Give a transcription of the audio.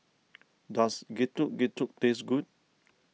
does Getuk Getuk taste good